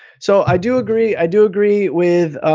so i do agree, i do agree with